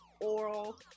oral